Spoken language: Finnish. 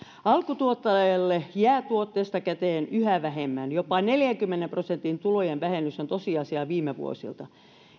alkutuottajalle jää tuotteesta käteen yhä vähemmän jopa neljänkymmenen prosentin tulojen vähennys on tosiasia viime vuosilta